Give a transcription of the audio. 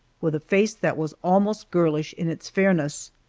with a face that was almost girlish in its fairness.